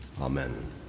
Amen